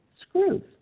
screws